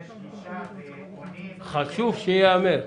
ואם יש גישה ועונים --- חשוב שייאמר.